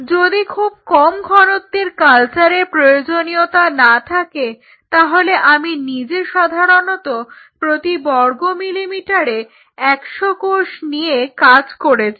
যদি খুব কম ঘনত্বের কালচারের প্রয়োজনীয়তা না থাকে তাহলে আমি নিজে সাধারণত প্রতি বর্গ মিলিমিটারে 100 কোষ নিয়ে কাজ করেছি